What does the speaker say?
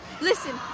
Listen